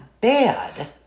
bad